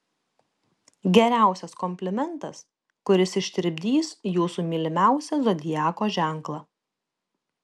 geriausias komplimentas kuris ištirpdys jūsų mylimiausią zodiako ženklą